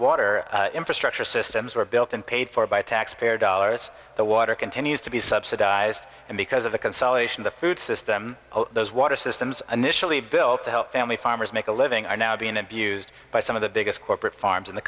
water infrastructure systems were built and paid for by taxpayer dollars the water continues to be subsidized and because of the consolidation the food system those water systems initially built to help family farmers make a living are now being abused by some of the biggest corporate farms in the